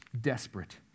desperate